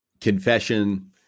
Confession